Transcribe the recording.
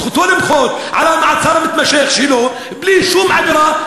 זכותו למחות על המעצר המתמשך שלו בלי שום עבירה,